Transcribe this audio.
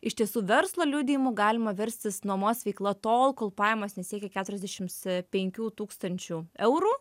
iš tiesų verslo liudijimu galima verstis nuomos veikla tol kol pajamos nesiekia keturiasdešims penkių tūkstančių eurų